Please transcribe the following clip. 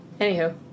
Anywho